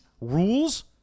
rules